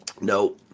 no